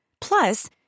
Plus